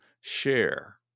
share